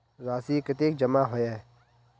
राशि कतेक जमा होय है?